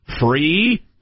free